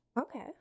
Okay